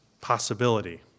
possibility